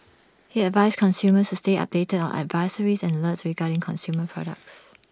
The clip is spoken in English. he advised consumers to stay updated on advisories and alerts regarding consumer products